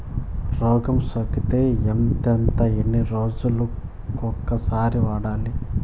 రోగం సోకితే ఎంతెంత ఎన్ని రోజులు కొక సారి వాడాలి?